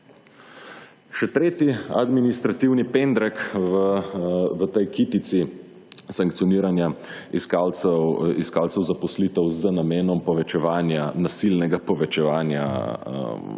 Še tretji administrativni pendrek v tej kitici sankcioniranja iskalcev zaposlitev z namenom povečevanja, nasilnega povečevanja **122.